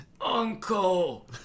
Uncle